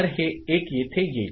तर हे 1 येथे येईल